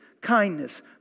kindness